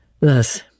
Thus